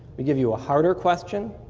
we give you a harder question.